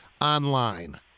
online